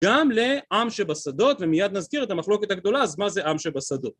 גם לעם שבשדות ומיד נזכיר את המחלוקת הגדולה אז מה זה עם שבשדות